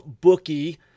bookie